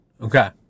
okay